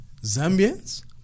Zambians